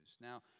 Now